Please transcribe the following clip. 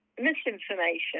misinformation